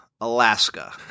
Alaska